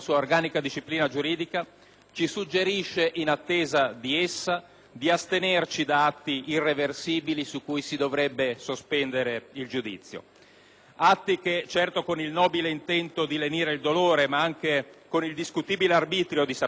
ci suggerisce, in attesa di essa, di astenerci da atti irreversibili su cui si dovrebbe sospendere il giudizio, atti che, certo con il nobile intento di lenire il dolore ma anche con il discutibile arbitrio di saperlo interpretare correttamente,